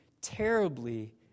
terribly